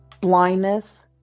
blindness